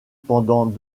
pendant